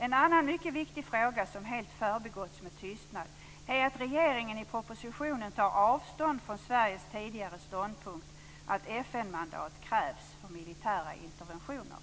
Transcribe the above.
En annan mycket viktig fråga, som helt förbigåtts med tystnad, är att regeringen i propositionen tar avstånd från Sveriges tidigare ståndpunkt att FN mandat krävs för militära interventioner.